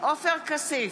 עופר כסיף,